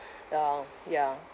uh ya